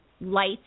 light